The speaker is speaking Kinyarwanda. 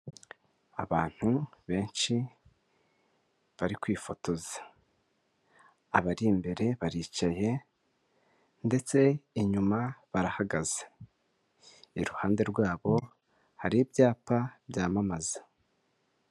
Abantu benshi bari kwifotoza abari imbere baricaye ndetse inyuma barahagaze, iruhande rwabo hari ibyapa byamamaza.